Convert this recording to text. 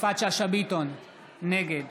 נגד